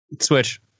switch